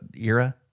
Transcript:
era